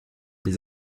des